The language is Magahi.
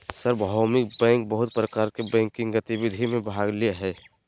सार्वभौमिक बैंक बहुत प्रकार के बैंकिंग गतिविधि में भाग ले हइ